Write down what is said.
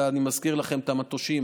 אני מזכיר לכם את המטושים,